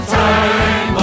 time